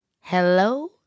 Hello